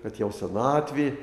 kad jau senatvė